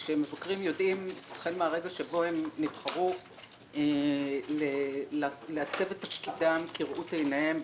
שמבקרים יודעים החל מהרגע שבו הם נבחרו לעצב את תפקידם כראות עיניהם,